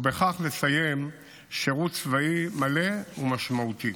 ובכך לסיים שירות צבאי מלא ומשמעותי.